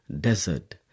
desert